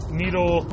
needle